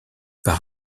par